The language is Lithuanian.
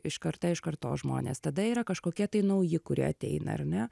iš karta iš kartos žmonės tada yra kažkokie tai nauji kurie ateina ar ne